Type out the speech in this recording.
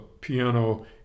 piano